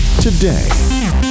today